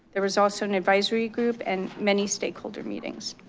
there was also an advisory group and many stakeholder meetings.